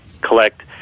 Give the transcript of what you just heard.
collect